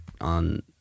on